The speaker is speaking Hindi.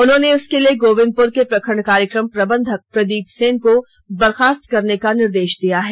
उन्होंने इसके लिए गोविंदपुर के प्रखंड कार्यक्रम प्रबंधक प्रदीप सेन को बरखास्त करने का निर्देश दिया है